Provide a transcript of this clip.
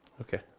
Okay